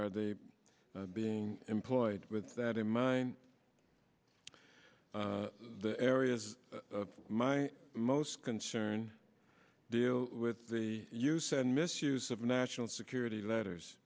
are they being employed with that in mind the areas of my most concern deal with the use and misuse of national security letters